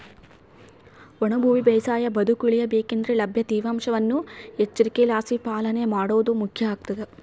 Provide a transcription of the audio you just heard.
ಒಣ ಭೂಮಿ ಬೇಸಾಯ ಬದುಕುಳಿಯ ಬೇಕಂದ್ರೆ ಲಭ್ಯ ತೇವಾಂಶವನ್ನು ಎಚ್ಚರಿಕೆಲಾಸಿ ಪಾಲನೆ ಮಾಡೋದು ಮುಖ್ಯ ಆಗ್ತದ